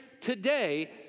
today